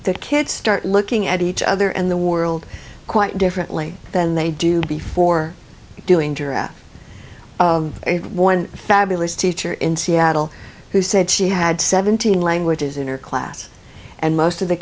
their kids start looking at each other and the world quite differently than they do before doing giraffe a one fabulous teacher in seattle who said she had seventeen languages in her class and most of the